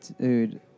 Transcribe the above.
Dude